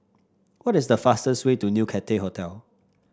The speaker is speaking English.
what is the fastest way to New Cathay Hotel